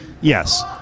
Yes